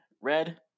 red